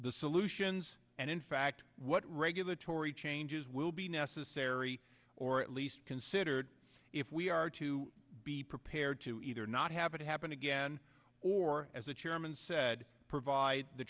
the solutions and in fact what regulatory changes will be necessary or at least considered if we are to be prepared to either not have it happen again or as the chairman said provide the